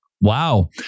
wow